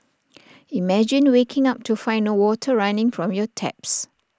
imagine waking up to find no water running from your taps